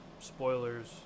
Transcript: spoilers